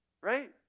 right